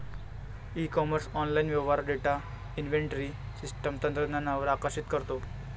E commerce online व्यवहार data inventory system तंत्रज्ञानावर आकर्षित करतो